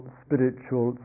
spiritual